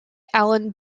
alan